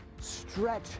Stretch